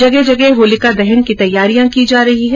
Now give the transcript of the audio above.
जगह जगह होलिका दहन की तैयारियां की जा रही है